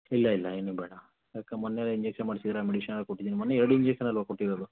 ಇಲ್ಲ ಇಲ್ಲ ಏನೂ ಬೇಡ ಯಾಕೆ ಮೊನ್ನೆರ ಇಂಜಕ್ಷನ್ ಮಾಡಿಸಿದ್ದೀರಾ ಮೆಡಿಷನೆಲ್ಲ ಕೊಟ್ಟಿದೀನಿ ಮೊನ್ನೆ ಎರಡು ಇಂಜಕ್ಷನ್ ಅಲ್ಲವ ಕೊಟ್ಟಿರೋದು